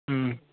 ও